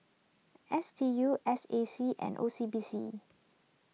S D U S A C and O C B C